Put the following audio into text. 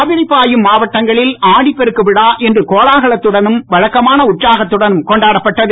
காவிரி பாயும் மாவட்டங்களில் இன்று கோலாகலத்துடனும் வழக்கமான உற்சாகத்துடனும் கொண்டாடப்பட்டது